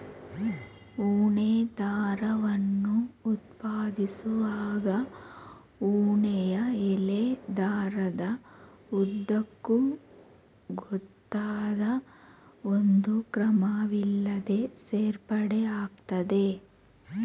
ಉಣ್ಣೆ ದಾರವನ್ನು ಉತ್ಪಾದಿಸುವಾಗ ಉಣ್ಣೆಯ ಎಳೆ ದಾರದ ಉದ್ದಕ್ಕೂ ಗೊತ್ತಾದ ಒಂದು ಕ್ರಮವಿಲ್ಲದೇ ಸೇರ್ಪಡೆ ಆಗ್ತದೆ